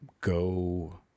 go